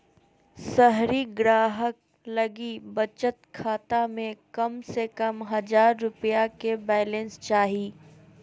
शहरी ग्राहक लगी बचत खाता में कम से कम हजार रुपया के बैलेंस चाही